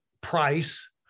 price